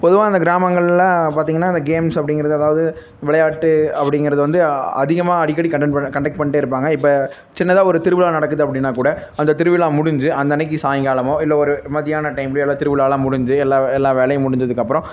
பொதுவாக இந்த கிராமங்களில் பார்த்தீங்கன்னா இந்த கேம்ஸ் அப்படிங்கிறது அதாவது விளையாட்டு அப்படிங்கிறது வந்து அதிகமாக அடிக்கடி கன்டன் பண் கன்டெக்ட் பண்ணிகிட்டே இருப்பாங்க இப்போ சின்னதாக ஒரு திருவிழா நடக்குது அப்படின்னாகூட அந்தத் திருவிழா முடிஞ்சு அந்த அன்றைக்கி சாய்ங்காலமோ இல்லை ஒரு மத்தியான டைம்லேயோ எல்லாம் திருவிழாலெலாம் முடிஞ்சு எல்லா எல்லா வேலையும் முடிஞ்சதுக்கு அப்புறம்